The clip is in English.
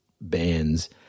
bands